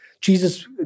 Jesus